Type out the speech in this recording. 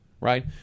Right